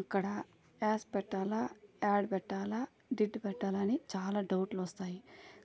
అక్కడ అస్ పెట్టాలా యాడ్ పెట్టాలా డిడ్ పెట్టాలా అని చాలా డౌట్లు వస్తాయి